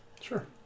Sure